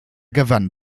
gewann